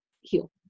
heal